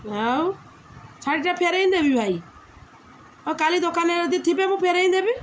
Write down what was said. ଆଉ ଶାଢ଼ୀଟା ଫେରେଇ ନେବି ଭାଇ ହଉ କାଲି ଦୋକାନରେ ଯଦି ଥିବେ ମୁଁ ଫେରେଇ ନେବି